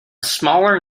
smaller